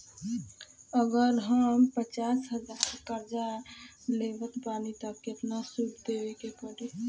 अगर हम पचास हज़ार कर्जा लेवत बानी त केतना सूद देवे के पड़ी?